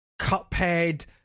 Cuphead